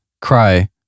Cry